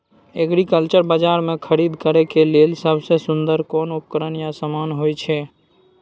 Agriculture बाजार में खरीद करे के लेल सबसे सुन्दर कोन उपकरण या समान होय छै?